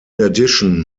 addition